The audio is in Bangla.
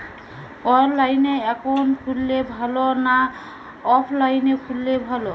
অনলাইনে একাউন্ট খুললে ভালো না অফলাইনে খুললে ভালো?